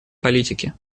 политики